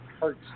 hurts